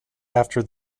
after